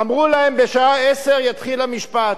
אמרו להם: בשעה 10:00 יתחיל המשפט.